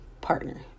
partner